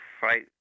fight